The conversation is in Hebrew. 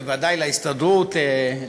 בוודאי להסתדרות,